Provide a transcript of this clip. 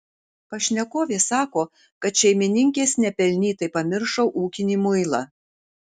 pašnekovė sako kad šeimininkės nepelnytai pamiršo ūkinį muilą